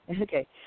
Okay